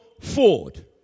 forward